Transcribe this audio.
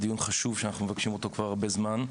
זה דיון חשוב שאנחנו מבקשים אותו כבר הרבה זמן.